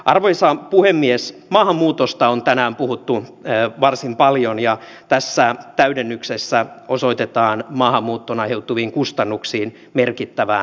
arvoisa puhemies maahanmuutosta on tänään puhuttu jäi varsin paljon ja tässä täydennyksessä osoitetaan maahanmuuton aiheutuviin kustannuksiin merkittävän